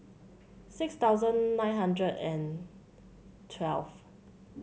six thousand nine hundred and twelfth